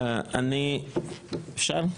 אני, אפשר?